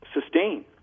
sustain